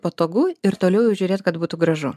patogu ir toliau žiūrėt kad būtų gražu